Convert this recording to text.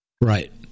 Right